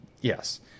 Yes